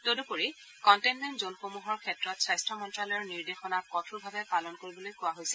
তদুপৰি কনটেইনমেণ্ট জ'নসমূহৰ ক্ষেত্ৰত স্বাস্থ্য মন্ত্যালয়ৰ নিৰ্দেশনা কঠোৰভাৱে পালন কৰিবলৈ কোৱা হৈছে